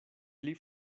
pli